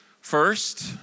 first